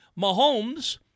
Mahomes